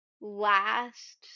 last